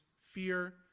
fear